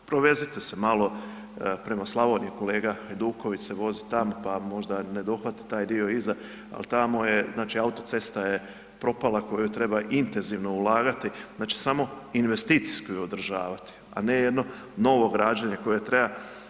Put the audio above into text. Provezite se malo prema Slavoniji, kolega Hajduković se vozi tamo pa možda ne dohvati taj dio iza, ali tamo je, znači autocesta je propala koju treba intenzivno ulagati, znači samo investicijsko ju održavati, a ne jedno novo građenje koje treba.